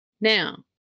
Now